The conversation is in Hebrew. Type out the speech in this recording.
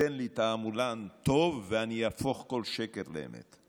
תן לי תעמולן טוב ואני אהפוך כל שקר לאמת.